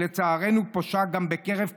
שלצערנו פושה גם בקרב קטינים.